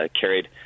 carried